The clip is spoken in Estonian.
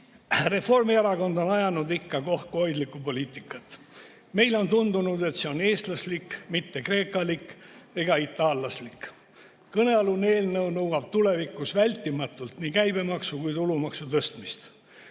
Reformierakond on ajanud ikka kokkuhoidlikku poliitikat. Meile on tundunud, et see on eestlaslik, mitte kreekalik ega itaallaslik. Kõnealune eelnõu nõuab tulevikus vältimatult nii käibemaksu kui ka tulumaksu tõstmist.